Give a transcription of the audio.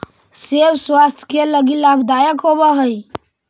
सेब स्वास्थ्य के लगी लाभदायक होवऽ हई